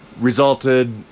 resulted